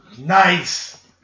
Nice